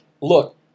look